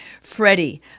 Freddie